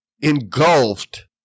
engulfed